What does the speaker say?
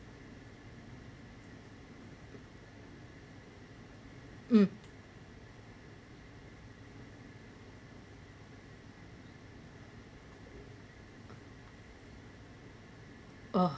um oh